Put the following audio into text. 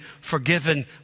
forgiven